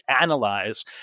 analyze